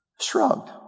shrugged